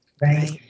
Right